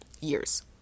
years